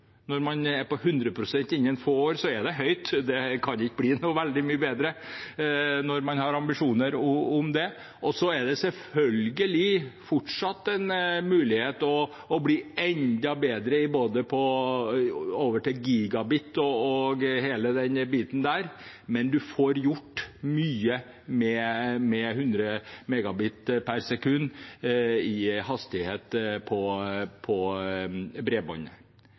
Når man er på 100 pst. innen få år, er det høyt – det kan ikke bli så veldig mye bedre når man har ambisjoner om det. Så er det selvfølgelig fortsatt en mulighet til å bli enda bedre – over til gigabit osv. – men man får gjort mye med 100 Mbit/s i hastighet på bredbånd. Jeg klarer meg på